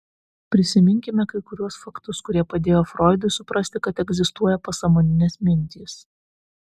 prisiminkime kai kuriuos faktus kurie padėjo froidui suprasti kad egzistuoja pasąmoninės mintys